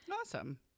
Awesome